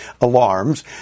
alarms